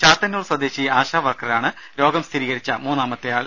ചാത്തന്നൂർ സ്വദേശി ആശാ വർക്കറാണ് രോഗം സ്ഥിരീകരിച്ച മൂന്നാമത്തെയാൾ